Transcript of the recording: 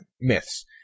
myths